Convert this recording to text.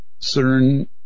CERN